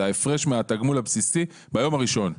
ההפרש מהתגמול הבסיסי ביום הראשון.